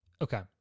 Okay